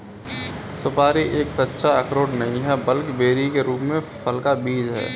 सुपारी एक सच्चा अखरोट नहीं है, बल्कि बेरी के रूप में फल का बीज है